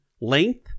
length